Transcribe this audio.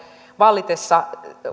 vallitessa